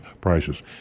prices